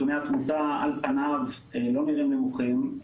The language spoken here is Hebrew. נתוני התמותה לא נראים נמוכים.